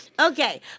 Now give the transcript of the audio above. Okay